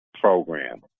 program